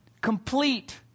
complete